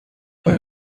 آیا